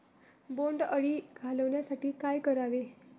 बोंडअळी घालवण्यासाठी काय करावे?